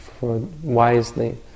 wisely